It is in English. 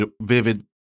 vivid